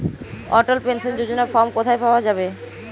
অটল pension যোজনার form কোথায় পাওয়া যাবে?